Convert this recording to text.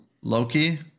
Loki